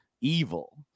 evil